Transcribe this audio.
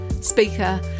speaker